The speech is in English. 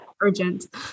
urgent